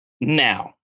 Now